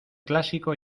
clásico